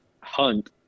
hunt